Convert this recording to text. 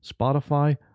Spotify